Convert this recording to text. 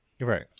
right